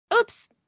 Oops